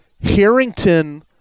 Harrington